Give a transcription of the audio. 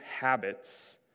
habits